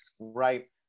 right